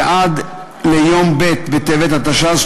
ועד ליום ב' בטבת התשע"ז,